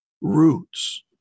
roots